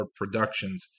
Productions